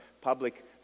public